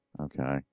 Okay